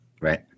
Right